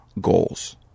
goals